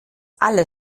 alle